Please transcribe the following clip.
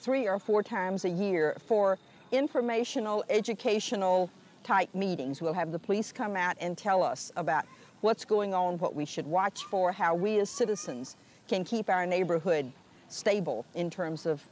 three or four times a year for informational educational type meetings we'll have the police come out and tell us about what's going on what we should watch for how we as citizens can keep our neighborhood stable in terms of